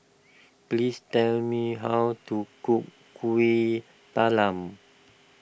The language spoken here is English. please tell me how to cook Kuih Talam